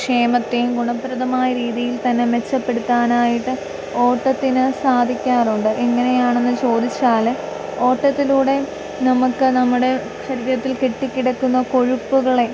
ക്ഷേമത്തെയും ഗുണപ്രദമായ രീതിയിൽ തന്നെ മെച്ചപ്പെടുത്തനായിട്ട് ഓട്ടത്തിന് സാധിക്കാറുണ്ട് എങ്ങനെയാണെന്ന് ചോദിച്ചാൽ ഓട്ടത്തിലൂടെ നമുക്ക് നമ്മുടെ ശരീരത്തിൽ കെട്ടികിടക്കുന്ന കൊഴുപ്പുകളെ